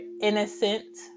innocent